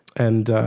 and,